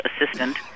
assistant